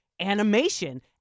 animation